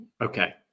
Okay